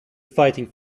fighting